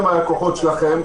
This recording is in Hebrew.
האזרחים הם הלקוחות שלכם,